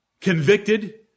convicted